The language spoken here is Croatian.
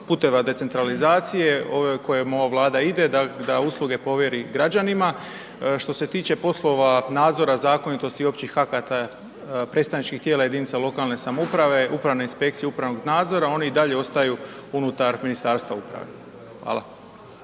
puteva decentralizacije kojom ova Vlada ide da usluge povjeri građanima. Što se tiče poslova nadzora zakonitosti općih akata predstavničkih tijela jedinica lokalne samouprave upravne inspekcije upravnog nadzora one i dalje ostaju unutar Ministarstva uprave. Hvala.